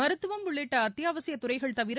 மருத்துவம் உள்ளிட்ட அத்தியாவசிய துறைகள் தவிர